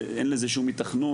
זה אין לזה שום היתכנות.